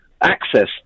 access